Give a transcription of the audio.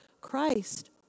Christ